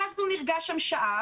ואז הוא נרגע שם שעה,